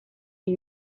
you